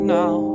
now